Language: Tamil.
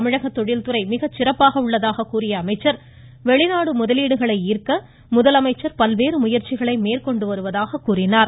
தமிழக தொழில்துறை மிகச்சிறப்பாக உள்ளதாக கூறிய அமைச்சர் வெளிநாட்டு முதலீடுகளை ஈர்க்க முதலமைச்சர் மிகச்சிறப்பான முயற்சிகளை மேற்கொண்டு வருவதாக கூறினார்